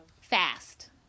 Fast